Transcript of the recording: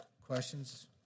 questions